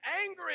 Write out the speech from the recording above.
angry